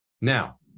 Now